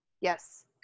Yes